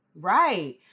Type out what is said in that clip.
Right